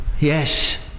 Yes